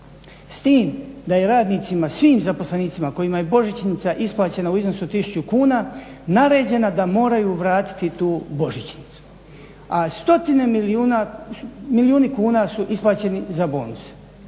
S tim da je radnicima, svim zaposlenicima kojima je božićnica isplaćena u iznosu tisuću kuna, naređena da moraju vratiti tu božićnicu. A stotine milijuna kuna su isplaćeni za bonuse